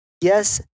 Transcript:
Yes